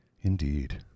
Indeed